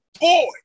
boy